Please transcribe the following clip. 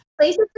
places